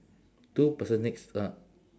two person next uh